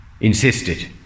insisted